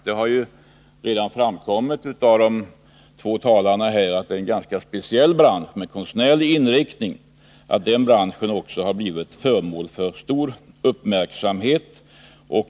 Det har ju f. ö. redan framgått av de två tidigare talarnas anföranden att det är en ganska speciell bransch med konstnärlig inriktning och att den har blivit föremål för stor uppmärksamhet.